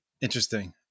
Interesting